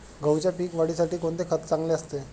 गहूच्या पीक वाढीसाठी कोणते खत चांगले असते?